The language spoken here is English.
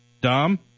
Dom